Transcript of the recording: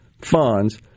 funds